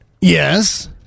Yes